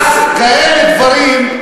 אז כאלה דברים,